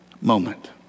moment